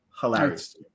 hilarious